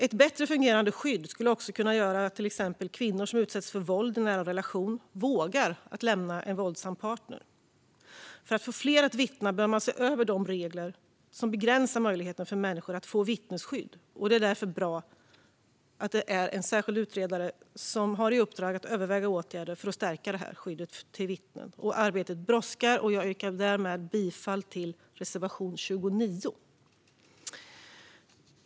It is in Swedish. Ett bättre fungerande skydd skulle också kunna göra att exempelvis kvinnor som utsätts för våld i en nära relation vågar lämna en våldsam partner. För att få fler att vittna bör man se över de regler som begränsar möjligheten för människor att få vittnesskydd. Det är därför bra att det finns en särskild utredare som har i uppdrag att överväga åtgärder för att stärka skyddet av vittnen. Arbetet brådskar, och jag yrkar därför bifall till reservation 29.